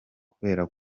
kubera